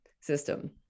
system